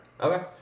Okay